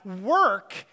work